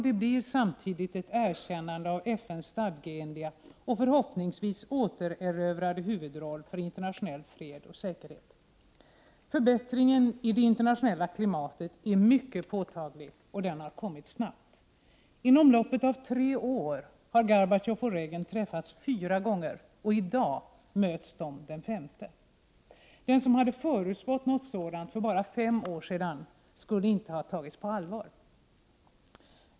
Det blir samtidigt ett erkännande av FN:s stadgeenliga — och förhoppningsvis återerövrade — huvudroll för internationell fred och säkerhet. Förbättringen i det internationella klimatet är mycket påtaglig, och den har kommit snabbt. Inom loppet av tre år har Gorbatjov och Reagan träffats fyra gånger, och i dag möts de för femte gången. Den som hade förutspått något sådant för bara fem år sedan skulle inte ha tagits på allvar.